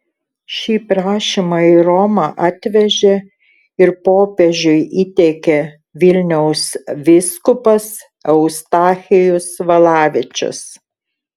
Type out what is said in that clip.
šį prašymą į romą atvežė ir popiežiui įteikė vilniaus vyskupas eustachijus valavičius